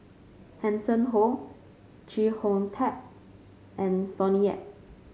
Hanson Ho Chee Hong Tat and Sonny Yap